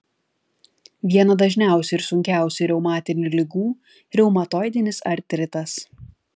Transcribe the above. viena dažniausių ir sunkiausių reumatinių ligų reumatoidinis artritas